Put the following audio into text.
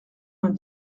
vingt